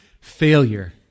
failure